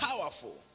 powerful